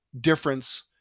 difference